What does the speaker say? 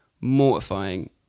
mortifying